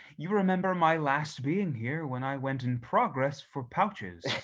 you remember my last being here, when i went in progress for pouches.